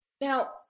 Now